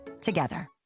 together